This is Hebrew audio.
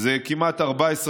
זה כמעט 14 אגורות,